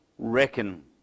Reckon